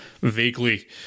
vaguely